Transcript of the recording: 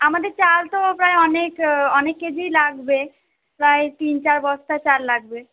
আমাদের চাল তো প্রায় অনেক অনেক কেজিই লাগবে প্রায় তিন চার বস্তা চাল লাগবে